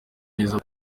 neza